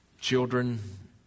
Children